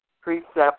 precepts